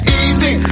easy